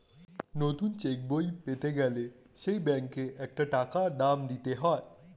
নতুন চেক বই পেতে গেলে সেই ব্যাংকে একটা টাকা দাম দিতে হয়